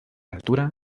altura